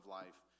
life